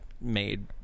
made